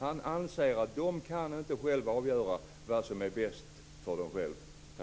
Han anser att de inte själva kan avgöra vad som är bäst för dem själva.